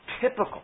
typical